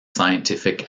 scientific